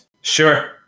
Sure